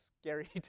scary